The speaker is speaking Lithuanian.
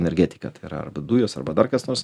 energetika tai yra arba dujos arba dar kas nors